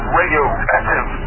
radioactive